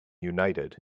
united